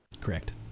Correct